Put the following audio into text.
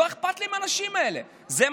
לא אכפת לי מהאנשים האלה.